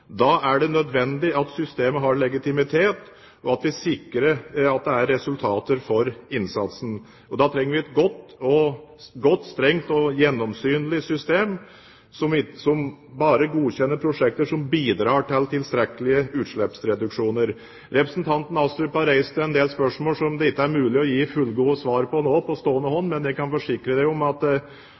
Da er det nødvendig at systemet har legitimitet, og at vi sikrer at det blir resultater av innsatsen. Vi trenger da et godt, strengt og gjennomsiktig system, som bare godkjenner prosjekter som bidrar til tilstrekkelige utslippsreduksjoner. Representanten Astrup har reist en del spørsmål som det på stående fot ikke er mulig å gi fullgode svar på, men jeg kan forsikre ham om at